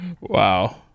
Wow